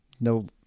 no